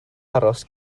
aros